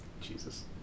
Jesus